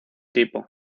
tipo